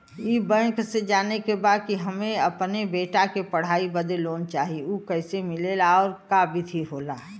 ई बैंक से जाने के बा की हमे अपने बेटा के पढ़ाई बदे लोन चाही ऊ कैसे मिलेला और का विधि होला?